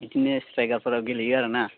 बिदिनो सिट्राइकारफोराव गेलेयो आरो ना